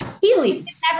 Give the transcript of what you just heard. Healy's